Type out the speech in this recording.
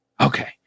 Okay